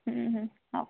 ହଉ